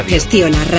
Gestiona